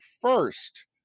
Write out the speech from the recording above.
First